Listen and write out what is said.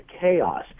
chaos